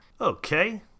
Okay